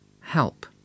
help